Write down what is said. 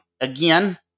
Again